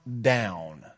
down